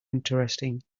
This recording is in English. interesting